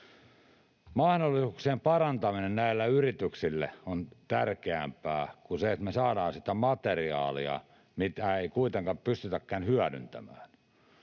Mahdollisuuksien parantaminen näille yrityksille on tärkeämpää kuin se, että me saadaan sitä materiaalia, mitä ei kuitenkaan pystytäkään hyödyntämään.